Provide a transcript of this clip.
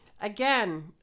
again